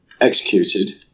executed